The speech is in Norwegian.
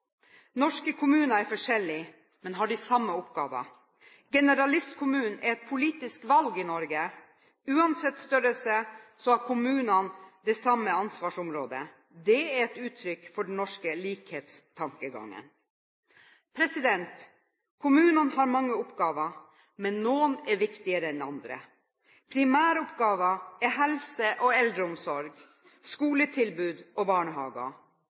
Norske kommuner er forskjellige, men har de samme oppgavene. Generalistkommunen er et politisk valg i Norge. Uansett størrelse har kommunene det samme ansvarsområdet. Det er et uttrykk for den norske likhetstankegangen. Kommunene har mange oppgaver, men noen er viktigere enn andre. Primæroppgaver er helse og eldreomsorg, skoletilbud og barnehager.